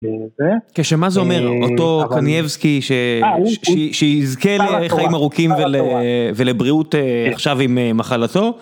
כשמה זה אומר אותו פניאבסקי שיזכה לחיים ארוכים ולבריאות עכשיו עם מחלתו